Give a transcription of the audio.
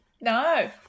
No